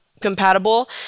compatible